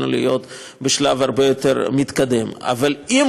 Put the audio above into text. אבל אין